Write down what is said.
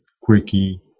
quirky